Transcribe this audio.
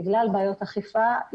בגלל בעיות אכיפה,